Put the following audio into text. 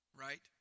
Right